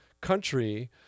country